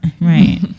right